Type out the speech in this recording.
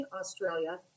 Australia